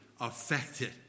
affected